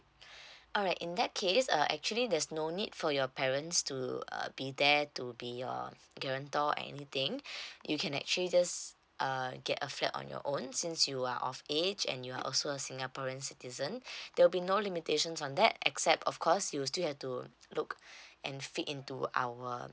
alright in that case uh actually there's no need for your parents to uh be there to be your guarantor anything you can actually just uh get a flat on your own since you are of age and you are also a singaporean citizen there will be no limitations on that except of course you still have to look and fit into our